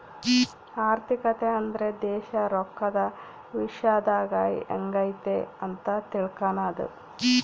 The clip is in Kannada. ಆರ್ಥಿಕತೆ ಅಂದ್ರೆ ದೇಶ ರೊಕ್ಕದ ವಿಶ್ಯದಾಗ ಎಂಗೈತೆ ಅಂತ ತಿಳ್ಕನದು